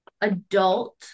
adult-